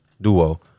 duo